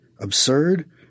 absurd